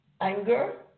anger